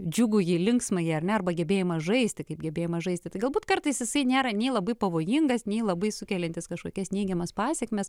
džiugųjį linksmąjį ar ne arba gebėjimą žaisti kaip gebėjimą žaisti tai galbūt kartais jisai nėra nei labai pavojingas nei labai sukeliantis kažkokias neigiamas pasekmes